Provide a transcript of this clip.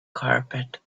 carpet